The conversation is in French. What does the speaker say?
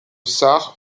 sarre